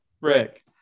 Rick